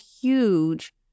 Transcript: huge